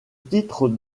titre